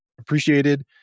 appreciated